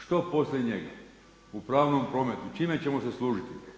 Što poslije njega u pravnom prometu, čime ćemo se služiti?